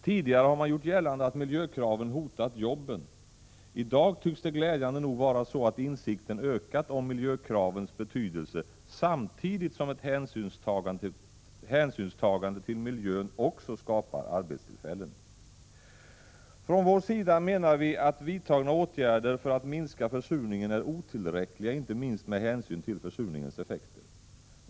Tidigare har man gjort gällande att miljökraven hotat jobben. I dag tycks det glädjande nog vara så att insikten ökat om miljökravens betydelse samtidigt som ett hänsynstagande till miljön också skapar arbetstillfällen. Från kds sida menar vi att vidtagna åtgärder för att minska försurningen är otillräckliga inte minst med hänsyn till försurningens effekter.